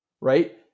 Right